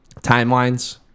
timelines